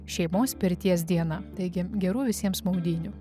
šeimos pirties diena taigi gerų visiems maudynių